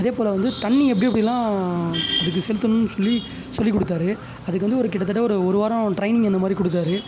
அதே போல் வந்து தண்ணி எப்படி எப்படில்லாம் அதுக்கு செலுத்தணும்னு சொல்லி சொல்லி கொடுத்தாரு அதுக்கு வந்து ஒரு கிட்டத்தட்ட ஒரு ஒரு வாரம் ட்ரைனிங் அந்த மாதிரி கொடுத்தாரு